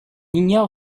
ignore